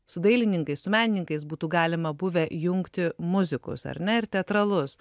su dailininkais su menininkais būtų galima buvę jungti muzikus ar ne ir teatralus